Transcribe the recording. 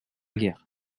guerre